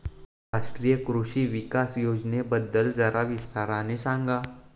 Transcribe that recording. राष्ट्रीय कृषि विकास योजनेबद्दल जरा विस्ताराने सांगा